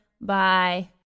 Bye